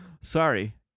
sorry